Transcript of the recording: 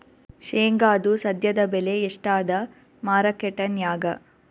ಶೇಂಗಾದು ಸದ್ಯದಬೆಲೆ ಎಷ್ಟಾದಾ ಮಾರಕೆಟನ್ಯಾಗ?